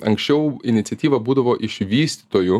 anksčiau iniciatyva būdavo iš vystytojų